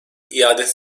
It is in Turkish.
iadesi